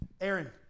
Aaron